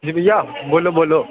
जी भैया बोलो बोलो